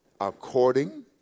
According